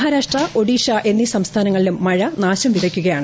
മഹാരാഷ്ട്ര ഒഡീഷ എന്നീ സംസ്ഥാനങ്ങളിലും മഴ നാശം വിതക്കുകയാണ്